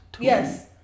Yes